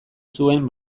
zuen